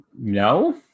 No